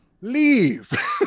leave